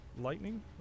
Lightning